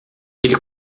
ele